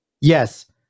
Yes